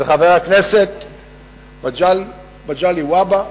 וחבר הכנסת מגלי והבה,